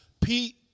Pete